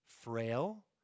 frail